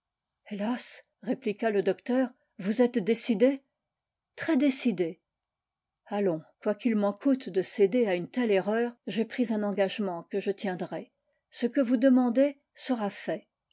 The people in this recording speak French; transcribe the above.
ilélas répliqua le docteur vous êtes décidée très décidée allons quoiqu'il m'en coûte de céder à une telle erreur j'ai pris un engagement que je tien drai ce que vous demandez sera fait